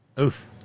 Oof